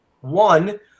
one